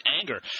anger